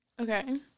Okay